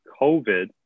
COVID